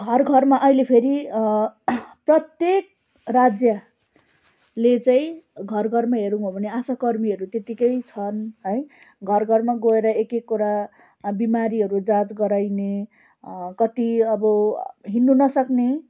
घर घरमा अहिले फेरि प्रत्येक राज्यले चाहिँ घर घरमा हेर्नु हो भने आशाकर्मीहरू त्यतिकै छन् है घर घरमा गएर एक एकवटा बिमारीहरू जाँच गराइने कति अब हिँड्नु नसक्ने